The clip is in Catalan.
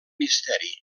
misteri